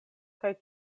kaj